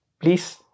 please